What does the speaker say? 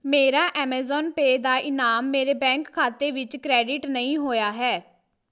ਮੇਰਾ Amazon Pay ਦਾ ਇਨਾਮ ਮੇਰੇ ਬੈਂਕ ਖਾਤੇ ਵਿੱਚ ਕ੍ਰੈਡਿਟ ਨਹੀਂ ਹੋਇਆ ਹੈ